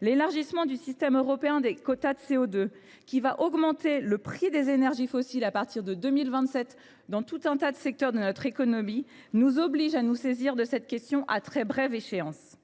L’élargissement du système européen des quotas de CO2, qui va augmenter le prix des énergies fossiles à partir de 2027 dans tout un tas de secteurs de notre économie, nous oblige à nous saisir de cette question à très brève échéance.